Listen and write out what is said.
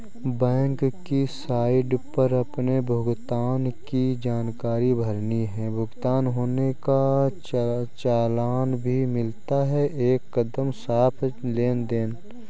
bank की site पर अपने भुगतान की जानकारी भरनी है, भुगतान होने का चालान भी मिलता है एकदम साफ़ लेनदेन